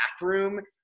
bathroom